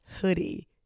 hoodie